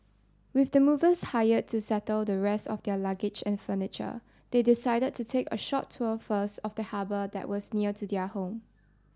with the movers hired to settle the rest of their luggage and furniture they decided to take a short tour first of the harbour that was near to their home